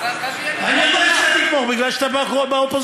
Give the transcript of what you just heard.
אבל, אני יודע שאתה תתמוך, כי אתה באופוזיציה.